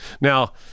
Now